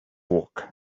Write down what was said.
work